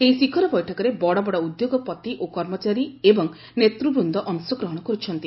ଏହି ଶିଖର ବୈଠକରେ ବଡ଼ବଡ଼ ଉଦ୍ୟୋଗପତି ଓ କର୍ମଚାରୀ ଏବଂ ନେତୃବୃନ୍ଦ ଅଂଶ ଗ୍ରହଣ କରୁଛନ୍ତି